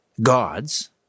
gods